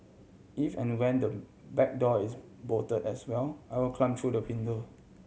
if and when the back door is bolt as well I will climb through the window